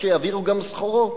כשיעבירו גם סחורות?